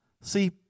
See